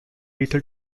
lethal